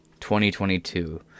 2022